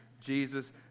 Jesus